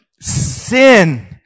sin